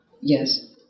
Yes